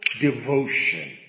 devotion